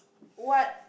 what